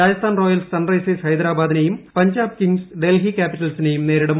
Rajasthan Royals Sunrisers ഹൈദരാബാദിനെയും Punjab Kings Delhi ക്യാപിറ്റൽസിനെയും നേരിടും